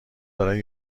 برای